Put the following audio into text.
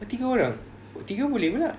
tiga orang oh tiga boleh pula